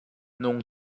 nung